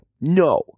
No